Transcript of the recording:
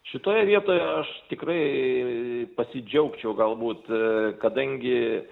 šitoje vietoje aš tikrai pasidžiaugčiau galbūt kadangi